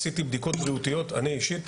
עשיתי בדיקות בריאותיות, אני אישית.